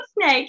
snake